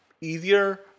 easier